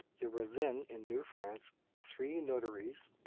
there were then in new france three notaries,